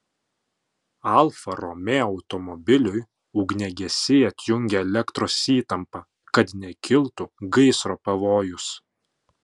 alfa romeo automobiliui ugniagesiai atjungė elektros įtampą kad nekiltų gaisro pavojus